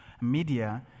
media